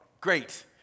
great